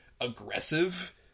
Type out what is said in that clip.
aggressive